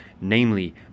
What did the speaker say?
namely